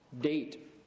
date